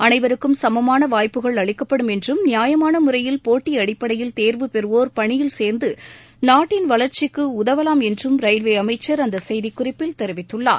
அனைவருக்கும் சம்மான வாய்ப்புகள் அளிக்கப்படும் என்றும் நியாயமான முறையில் போட்டி அடிப்படையில் தேர்வு பெறுவோர் பணியில் சேர்ந்து நாட்டின் வளர்ச்சிக்கு உதவலாம் என்றும் ரயில்வே அமைச்சர் அந்த செய்திக்குறிப்பில் தெரிவித்துள்ளார்